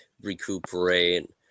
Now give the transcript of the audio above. recuperate